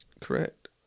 Correct